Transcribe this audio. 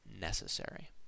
necessary